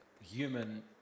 human